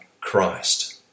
Christ